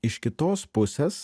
iš kitos pusės